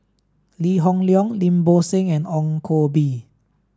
Lee Hoon Leong Lim Bo Seng and Ong Koh Bee